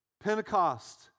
pentecost